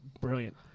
brilliant